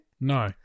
No